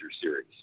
series